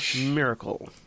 Miracle